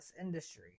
industry